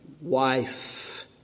wife